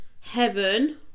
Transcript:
heaven